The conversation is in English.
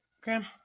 Graham